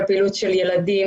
והיינו